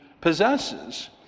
possesses